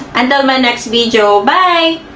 and my next video, bye!